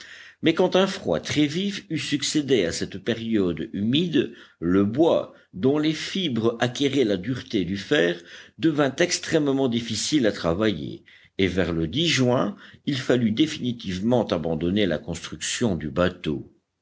mais quand un froid très vif eut succédé à cette période humide le bois dont les fibres acquéraient la dureté du fer devint extrêmement difficile à travailler et vers le juin il fallut définitivement abandonner la construction du bateau